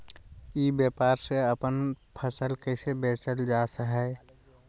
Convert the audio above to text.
ई व्यापार से अपन फसल कैसे बेचल जा हाय?